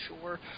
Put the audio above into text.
sure